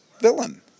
villain